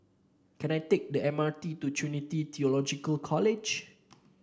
can I take the M R T to Trinity Theological College